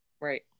Right